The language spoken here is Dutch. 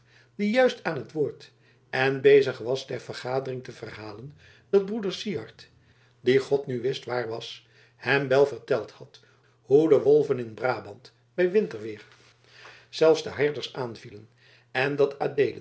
die juist aan t woord en bezig was der vergadering te verhalen dat broeder syard die nu god wist waar was hem wel verteld had hoe de wolven in brabant bij winterweer zelfs de herders aanvielen en dat